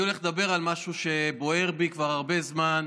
אני הולך לדבר על משהו שבוער בי כבר הרבה זמן,